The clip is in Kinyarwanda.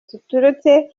ziturutse